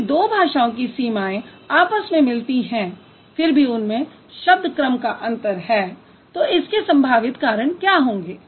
यदि दो भाषाओं की सीमाएं आपस में मिलती हैं फिर भी उनमें शब्द क्रम का अंतर है तो इसके संभावित कारण क्या होंगे